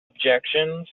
objections